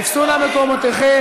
תפסו נא את מקומותיכם.